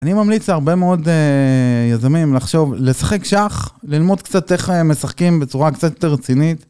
אני ממליץ להרבה מאוד יזמים לחשוב, לשחק שח, ללמוד קצת איך משחקים בצורה קצת יותר רצינית.